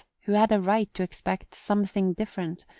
who had a right to expect something different,